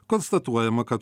konstatuojama kad